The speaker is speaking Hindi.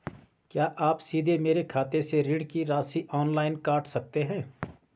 क्या आप सीधे मेरे खाते से ऋण की राशि ऑनलाइन काट सकते हैं?